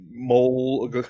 mole